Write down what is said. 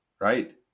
right